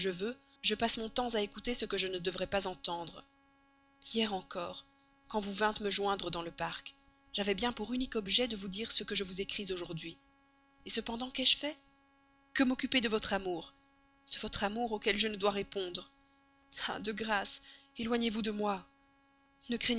je passe mon temps à écouter ce que je ne devrais pas entendre hier encore quand vous vîntes me joindre dans le parc j'avais bien pour unique projet de vous dire ce que je vous écris aujourd'hui cependant qu'ai-je fait que m'occuper de votre amour de votre amour auquel jamais je ne dois répondre ah de grâce éloignez-vous de moi ne